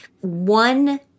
one